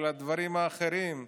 על הדברים האחרים,